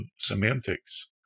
semantics